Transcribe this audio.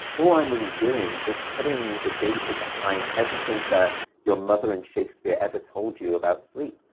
all i'm really doing is putting the data behind everything that your mother and shakespeare ever told you about sleep.